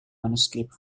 manuscript